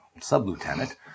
sub-lieutenant